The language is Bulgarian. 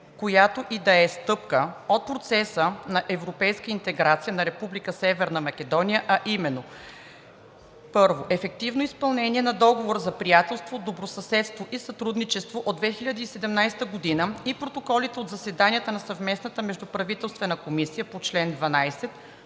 която и да е стъпка от процеса на европейска интеграция на Република Северна Македония, а именно: 1. Ефективно изпълнение на Договора за приятелство, добросъседство и сътрудничество от 2017 г. и протоколите от заседанията на Съвместната междуправителствена комисия по чл. 12